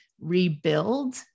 rebuild